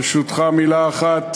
ברשותך, מילה אחת